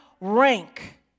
rank